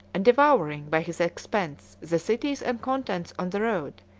and devouring, by his expense, the cities and convents on the road,